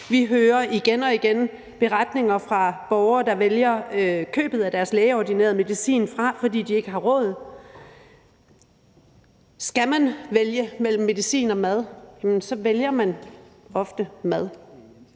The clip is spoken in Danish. Vi hører igen og igen beretninger fra borgere, der vælger købet af deres lægeordinerede medicin fra, fordi de ikke har råd. Skal man vælge mellem medicin og mad, vælger man ofte mad.